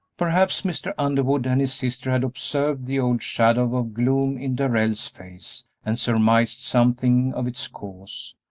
perhaps mr. underwood and his sister had observed the old shadow of gloom in darrell's face, and surmised something of its cause,